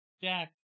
Jack